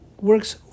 works